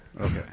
Okay